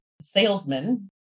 salesman